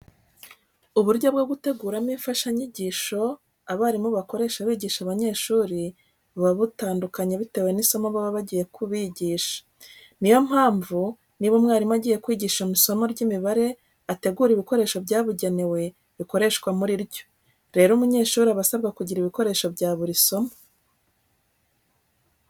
Uburyo bwo guteguramo imfashanyigisho abarimu bakoresha bigisha abanyeshuri, buba butandukanye bitewe n'isomo baba bagiye kubigisha. Ni yo mpamvu niba umwarimu agiye kwigisha isomo ry'imibare ategura ibikoresho byabugenewe bikoreshwa muri ryo. Rero umunyeshuri aba asabwa kugira ibikoresho bya buri somo.